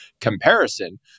comparison